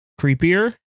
creepier